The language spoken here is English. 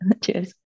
Cheers